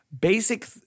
basic